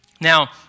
Now